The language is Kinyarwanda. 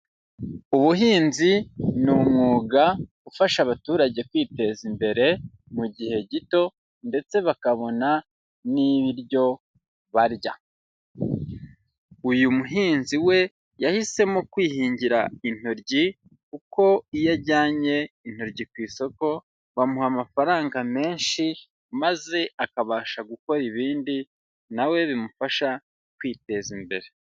Ubuhinzi ni umwuga ufasha abaturage kwiteza imbere mu gihe gito ndetse bakabona n'ibiryo barya, uyu muhinzi we yahisemo kwihingira intoryi kuko iyo ajyanye intoryi ku isoko, bamuha amafaranga menshi maze akabasha gukora ibindi na we bimufasha kwiteza imbere.